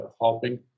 helping